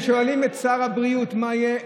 וכששואלים את שר הבריאות מה יהיה?